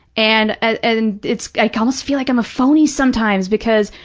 and and it's, i almost feel like i'm a phony sometimes because,